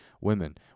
women